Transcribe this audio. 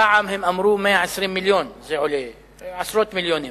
פעם הם אמרו שזה עולה 120 מיליון, עשרות מיליונים,